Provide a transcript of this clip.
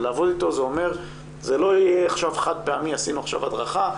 ולעבוד איתו זה אומר שזה לא יהיה עכשיו חד פעמי 'עשינו עכשיו הדרכה,